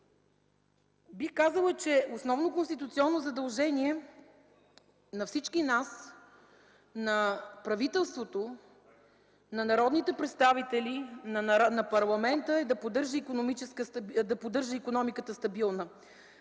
Бих казала, че основно конституционно задължение на всички нас, на правителството, на народните представители, на парламента е да поддържа икономиката стабилна.